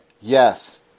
Yes